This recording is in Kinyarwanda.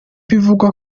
bivugwa